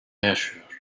yaşıyor